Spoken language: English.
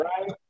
right